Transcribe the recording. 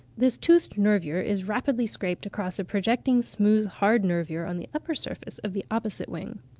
this toothed nervure is rapidly scraped across a projecting, smooth, hard nervure on the upper surface of the opposite wing.